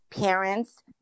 Parents